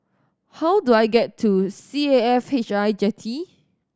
how do I get to C A F H I Jetty